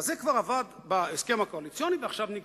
זה כבר עבד בהסכם הקואליציוני, ועכשיו ניגשו.